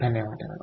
ಧನ್ಯವಾದಗಳು